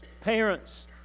parents